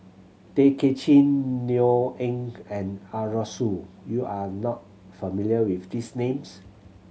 Tay Kay Chin Neo Anngee and Arasu you are not familiar with these names